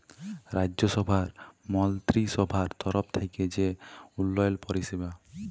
রাজ্যসভার মলত্রিসভার তরফ থ্যাইকে যে উল্ল্যয়ল পরিষেবা